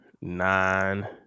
nine